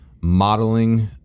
modeling